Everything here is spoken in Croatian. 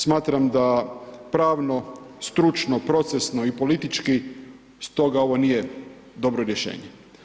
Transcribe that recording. Smatram da pravno, stručno, procesno i politički stoga ovo nije dobro rješenje.